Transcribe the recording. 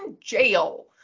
jail